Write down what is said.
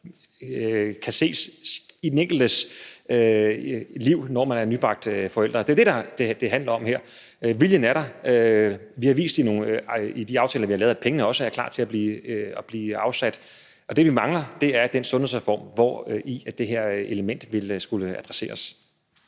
kan ses i den enkeltes nybagte forælders liv. Det er det, det handler om her. Viljen er der. Vi har vist i de aftaler, vi har lavet, at pengene også er klar til at blive afsat, og det, vi mangler, er den sundhedsreform, hvori det her element ville skulle adresseres.